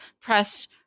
press